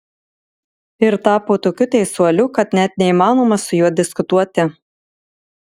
ir tapo tokiu teisuoliu kad net neįmanoma su juo diskutuoti